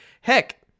heck